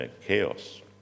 chaos